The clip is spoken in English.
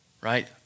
right